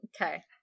okay